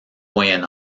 moyen